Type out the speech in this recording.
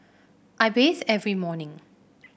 I bathe every morning